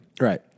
Right